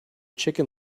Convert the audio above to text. chicken